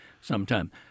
sometime